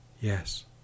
Yes